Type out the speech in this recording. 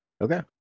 Okay